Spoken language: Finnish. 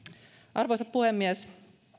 arvoisa puhemies